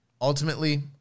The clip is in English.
ultimately